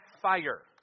fire